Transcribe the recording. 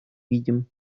видим